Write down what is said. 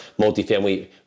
multifamily